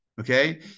okay